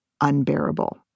unbearable